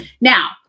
Now